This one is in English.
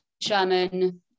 Sherman